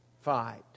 fight